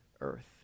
earth